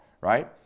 right